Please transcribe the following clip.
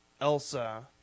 Elsa